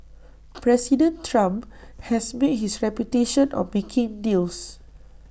President Trump has made his reputation on making deals